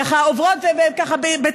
ככה עוברות בטעות,